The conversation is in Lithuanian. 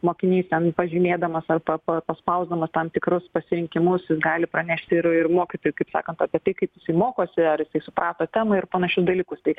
mokinys ten pažymėdamas ar pa pa paspausdamas tam tikrus pasirinkimus jis gali pranešti ir ir mokytojui kaip sakant apie tai kaip mokosi ar suprato temą ir panašius dalykus tai